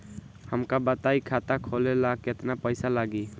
हमका बताई खाता खोले ला केतना पईसा लागी?